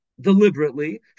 Deliberately